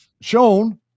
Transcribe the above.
shown